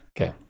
Okay